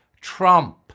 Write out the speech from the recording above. Trump